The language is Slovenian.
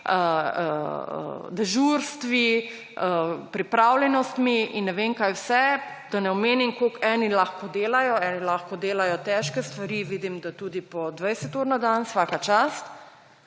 dežurstvi, pripravljenostmi in ne vem kaj vse, da ne omenim, koliko eni lahko delajo, eni lahko delajo težke stvari, vidim, da tudi po 20 ur na dan, svaka čast,